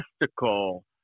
mystical